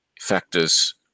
factors